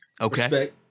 Okay